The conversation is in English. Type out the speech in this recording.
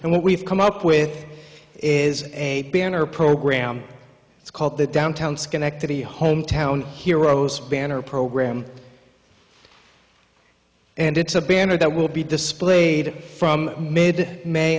and what we've come up with is a banner program it's called the downtown schenectady hometown heroes banner program and it's a banner that will be displayed from made may